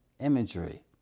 imagery